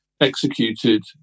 executed